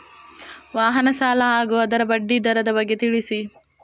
ವಾಹನ ಸಾಲ ಹಾಗೂ ಅದರ ಬಡ್ಡಿ ದರದ ಬಗ್ಗೆ ತಿಳಿಸಿ?